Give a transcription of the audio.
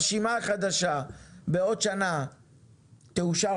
שהרשימה החדשה בעוד שנה תאושר כאן?